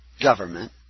government